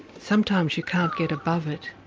sometimes you can't get above it,